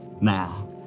now